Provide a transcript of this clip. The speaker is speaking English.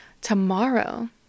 Tomorrow